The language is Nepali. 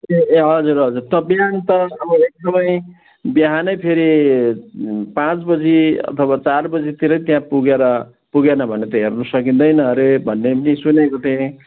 ए ए हजुर हजुर त बिहान त अब एकदमै बिहानै फेरि पाँच बजी अथवा चार बजीतिरै त्यहाँ पुगेर पुगेन भने त हेर्नु सकिँदैन अरे भन्ने पनि सुनेको थिएँ